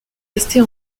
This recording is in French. restés